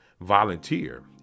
volunteer